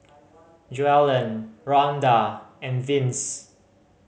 Joellen Ronda and Vince